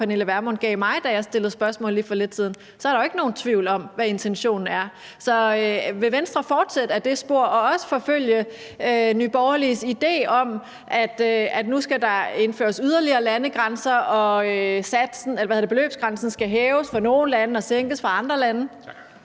fru Pernille Vermund gav mig, da jeg stillede spørgsmål lige for lidt siden, så er der jo ikke nogen tvivl om, hvad intentionen er. Så vil Venstre fortsætte ad det spor og også forfølge Nye Borgerliges idé om, at der nu skal indføres yderligere landegrænser, og at beløbsgrænsen skal hæves for nogle lande og sænkes for andre lande?